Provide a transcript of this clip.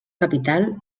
capital